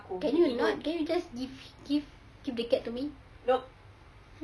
can you not can you just give give give the cat to me